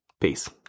Peace